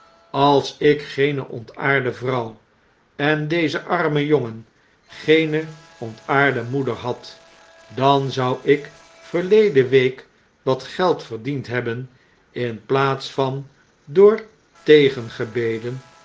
als ik geene ontaarde vrouw en deze arme jongen geene ontaarde moeder had dan zou ik verleden week wat geld verdiend hebben in plaats van door